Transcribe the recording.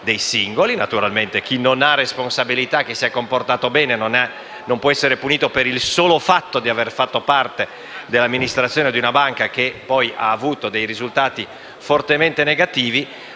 Naturalmente chi non ha responsabilità e si è comportato bene non può essere punito per il solo fatto di aver fatto parte dell'amministrazione di una banca che poi ha avuto dei risultati fortemente negativi.